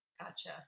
Gotcha